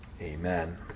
Amen